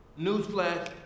Newsflash